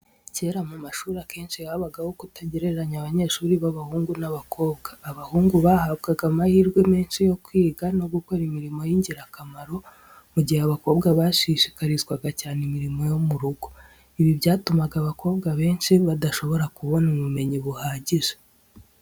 Kera mu mashuri, akenshi habagaho kutagereranya abanyeshuri b’abahungu n’abakobwa. Abahungu bahabwaga amahirwe menshi yo kwiga no gukora imirimo y’ingirakamaro, mu gihe abakobwa bashishikarizwaga cyane imirimo yo mu rugo. Ibi byatumaga abakobwa benshi badashobora kubona ubumenyi buhagije.